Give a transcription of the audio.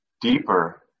deeper